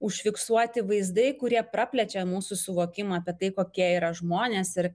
užfiksuoti vaizdai kurie praplečia mūsų suvokimą apie tai kokia yra žmonės ir